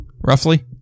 roughly